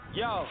yo